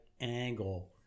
angle